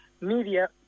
Media